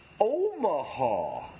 Omaha